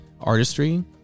artistry